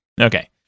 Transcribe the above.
okay